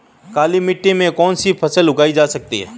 काली मिट्टी में कौनसी फसल उगाई जा सकती है?